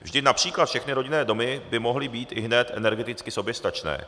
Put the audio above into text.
Vždyť například všechny rodinné domy by mohly být ihned energeticky soběstačné.